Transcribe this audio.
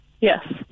Yes